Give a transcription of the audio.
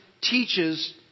teaches